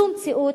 זו מציאות,